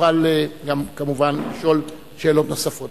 ותוכל גם כמובן לשאול שאלות נוספות.